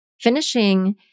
finishing